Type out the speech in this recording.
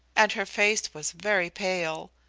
and her face was very pale.